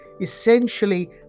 essentially